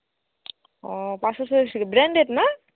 ও পাঁচশো ছয়শো ব্র্যান্ডেড না